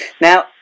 now